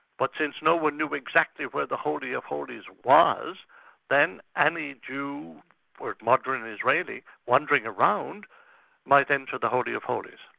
but since you know no-one knew exactly where the holy of holies was then any jew or modern and israeli wandering around might enter the holy of holies.